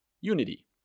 unity